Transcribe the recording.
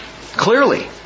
clearly